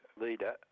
leader